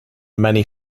many